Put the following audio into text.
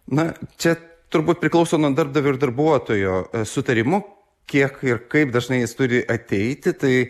na čia turbūt priklauso nuo darbdavio ir darbuotojo sutarimo kiek ir kaip dažnai jis turi ateiti tai